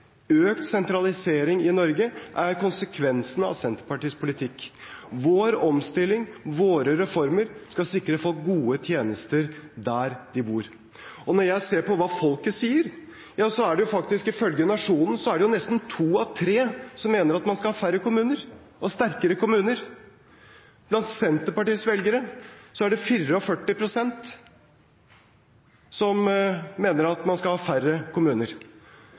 Økt sentralisering i Norge er konsekvensen av Senterpartiets politikk. Vår omstilling − våre reformer − skal sikre folk gode tjenester der de bor. Når jeg ser på hva folket sier, så er det ifølge Nationen nesten to av tre som mener man skal ha færre kommuner og sterkere kommuner. Blant Senterpartiets velgere er det 44 pst. som mener man skal ha færre kommuner.